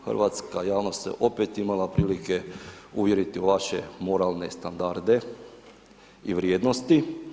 Hrvatska javnost se opet imala prilike uvjeriti u vaše moralne standarde i vrijednosti.